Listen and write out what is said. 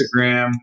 Instagram